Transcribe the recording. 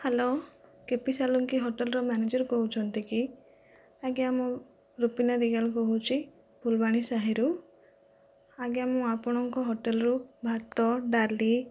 hello K P Salunkhe ହୋଟେଲର manager କହୁଛନ୍ତି କି ଆଜ୍ଞା ମୁଁ ରୁପୀନା ଦିଗାଲ କହୁଛି ଫୁଲବାଣୀ ସାହିରୁ ଆଜ୍ଞା ମୁଁ ଆପଣଙ୍କ ହୋଟେଲରୁ ଭାତ ଡାଲି